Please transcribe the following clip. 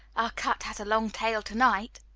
our cat has a long tail to-night.